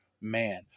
man